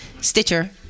Stitcher